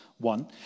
one